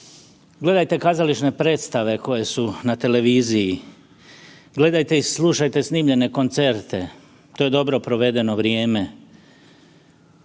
gledajte kazališne predstave koje su na televiziji, gledajte i slušajte snimljene koncerte, to je dobro provedeno vrijeme.